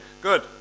good